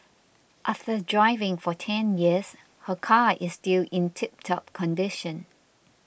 after driving for ten years her car is still in tiptop condition